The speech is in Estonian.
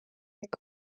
ikka